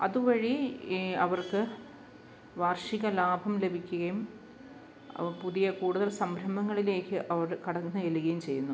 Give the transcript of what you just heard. അതുവഴി ഈ അവർക്ക് വാർഷിക ലാഭം ലഭിക്കുകയും അവ പുതിയ കൂടുതൽ സംരംഭങ്ങളിലേക്ക് അവർ കടന്ന് ചെല്ലുകയും ചെയ്യുന്നു